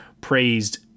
praised